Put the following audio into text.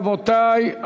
רבותי,